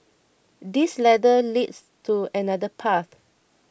this ladder leads to another path